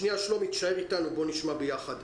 שלומי, תישאר איתנו, נשמע ביחד.